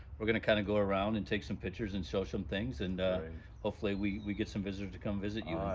we're gonna kinda go around and take some pictures and show some things. and hopefully we we get some visitors to come visit you.